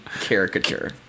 caricature